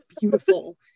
beautiful